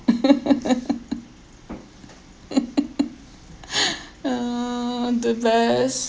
uh the best